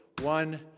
One